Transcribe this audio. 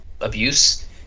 abuse